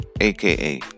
aka